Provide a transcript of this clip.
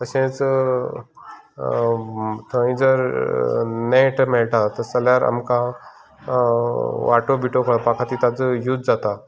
तशेंच थंय जर नेट मेळटा तशें जाल्यार आमकां वाटों बिटो कळपा खातीर तांचो यूज जाता